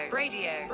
radio